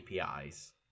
APIs